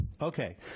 Okay